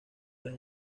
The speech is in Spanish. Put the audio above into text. los